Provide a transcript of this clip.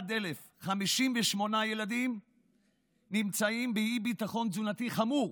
601,058 נמצאים באי-ביטחון תזונתי חמור.